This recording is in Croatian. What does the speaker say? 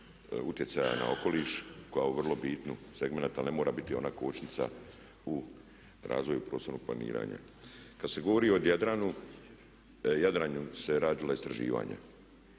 utjecaja na okoliš koja je vrlo bitan segment ali ne mora biti ona kočnica u razvoju prostornog planiranja. Kad se govori o Jadranu, Jadranu se radila istraživanja,